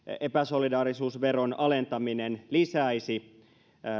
epäsolidaarisuusveron alentaminen lisäisi